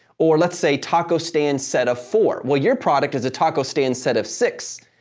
or let's say taco stand set of four. well, your product is a taco stand set of six.